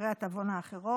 אחריה תבואנה אחרות.